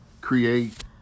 Create